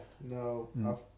No